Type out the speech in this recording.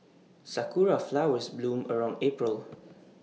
Sakura Flowers bloom around April